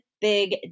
big